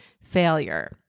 failure